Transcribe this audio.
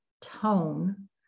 tone